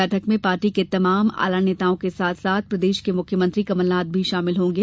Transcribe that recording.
बैठक में पार्टी के तमाम आला नेताओं के साथ साथ प्रदेश के मुख्यमंत्री कमलनाथ भी शामिल हुए